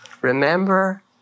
remember